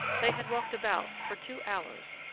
they had walked about for two hours,